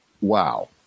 Wow